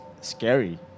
scary